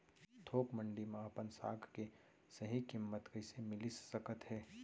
थोक मंडी में अपन साग के सही किम्मत कइसे मिलिस सकत हे?